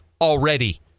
already